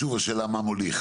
השאלה מה מוליך?